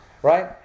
Right